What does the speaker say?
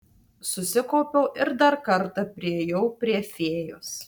susikaupiau ir dar kartą priėjau prie fėjos